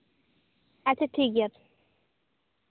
ᱟᱪᱪᱷᱟ ᱴᱷᱤᱠ ᱜᱮᱭᱟ